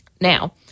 Now